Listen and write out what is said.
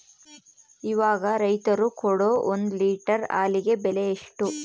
ಇವಾಗ ರೈತರು ಕೊಡೊ ಒಂದು ಲೇಟರ್ ಹಾಲಿಗೆ ಬೆಲೆ ಎಷ್ಟು?